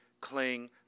cling